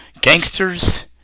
Gangsters